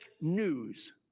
news